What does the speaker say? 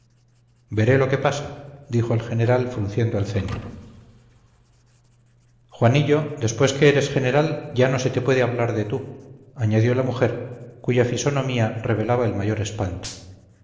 veré lo que pasa dijo el general frunciendo el ceño juanillo después que eres general ya no se te puede hablar de tú añadió la mujer cuya fisonomía revelaba el mayor espanto